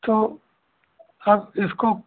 तो अब इसको